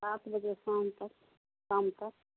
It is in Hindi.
सात बजे शाम तक शाम तक